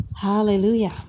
Hallelujah